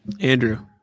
Andrew